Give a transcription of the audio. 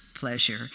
Pleasure